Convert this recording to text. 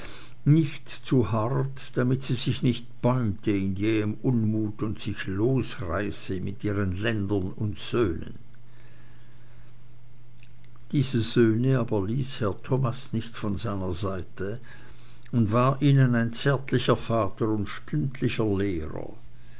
nicht zu hart damit sie sich nicht bäume in jähem unmut und sich losreiße mit ihren ländern und söhnen diese söhne aber ließ herr thomas nicht von seiner seite und war ihnen ein zärtlicher vater und stündlicher lehrer